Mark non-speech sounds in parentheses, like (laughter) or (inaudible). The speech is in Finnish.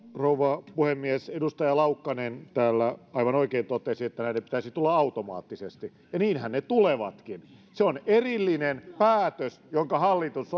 rouva puhemies edustaja laukkanen täällä aivan oikein totesi että näiden pitäisi tulla automaattisesti ja niinhän ne tulevatkin se on erillinen päätös jonka hallitus (unintelligible)